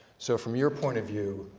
so, from your point of view,